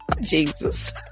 Jesus